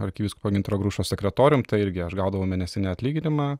arkivyskupo gintaro grušo sekretorium tai irgi aš gaudavau mėnesinį atlyginimą